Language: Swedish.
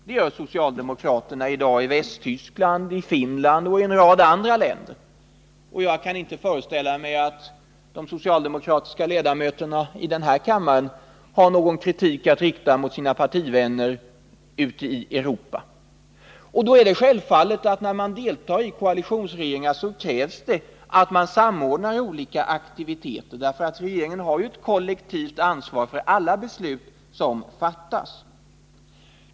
Det gör i dag socialdemokraterna i Västtyskland, Finland och en rad andra länder, och jag Nr 137 kan inte föreställa mig att de socialdemokratiska ledamöterna i denna Onsdagen den kammare har någon kritik att rikta mot sina partivänner i andra delar av 7 maj 1980 Europa i detta avseende. Deltar man i koalitionsregeringar krävs det självfallet att olika aktiviteter samordnas. Regeringen har ju ett kollektivt ansvar för alla beslut som fattas.